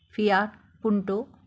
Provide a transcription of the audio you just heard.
Fiat punto